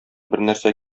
бернәрсә